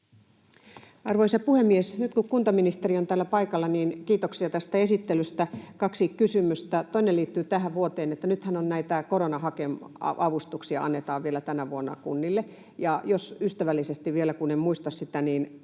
Arvoisa puhemies! Nyt kun kuntaministeri on täällä paikalla, niin kiitoksia tästä esittelystä. Kaksi kysymystä: Toinen liittyy tähän vuoteen. Näitä korona-avustuksiahan annetaan vielä tänä vuonna kunnille, joten jos ystävällisesti vielä kerrotte, kun en muista sitä, kuinka